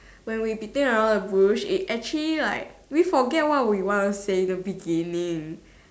when we beating around the bush it actually like we forget what we wanna say in the beginning